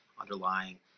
underlying